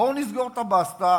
בואו נסגור את הבסטה,